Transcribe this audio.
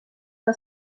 del